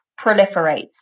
proliferates